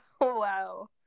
wow